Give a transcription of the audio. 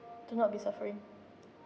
cannot be suffering